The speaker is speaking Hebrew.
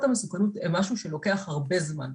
המסוכנות הן משהו שלוקח הרבה זמן.